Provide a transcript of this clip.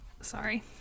Sorry